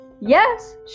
Yes